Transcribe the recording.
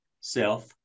self